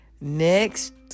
Next